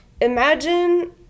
imagine